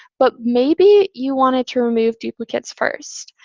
but maybe you wanted to remove duplicates first.